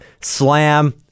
slam